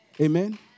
Amen